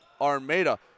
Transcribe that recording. Armada